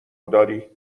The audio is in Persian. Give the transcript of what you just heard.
داری